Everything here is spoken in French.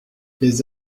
les